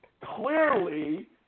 Clearly